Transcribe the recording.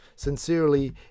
Sincerely